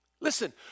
Listen